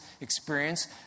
experience